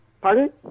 Pardon